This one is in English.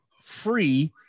free